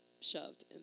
shoved